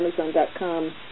Amazon.com